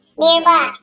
nearby